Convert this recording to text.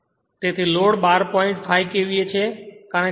તેથી લોડ બાર point 5 KVA છે